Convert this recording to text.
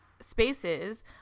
spaces